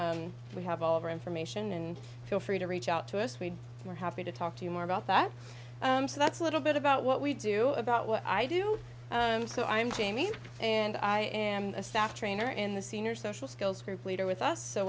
we have all of our information and feel free to reach out to us we were happy to talk to you more about that so that's a little bit about what we do about what i do so i'm jamie and i am a staff trainer in the senior social skills group leader with us so